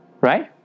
Right